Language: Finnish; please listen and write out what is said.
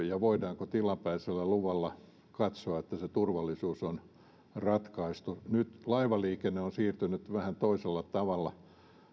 ja voidaanko tilapäisellä luvalla katsoa että se turvallisuus on ratkaistu nyt laivaliikenne on siirtynyt vähän toisella tavalla